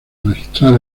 registrar